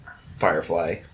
Firefly